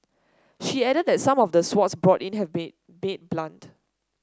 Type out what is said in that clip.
she added that some of the swords brought in have been been blunt